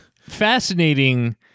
fascinating